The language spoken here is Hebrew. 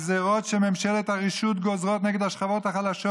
הגזרות שממשלת הרשות גוזרת נגד השכבות החלשות